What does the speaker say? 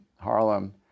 Harlem